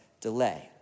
delay